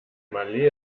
malé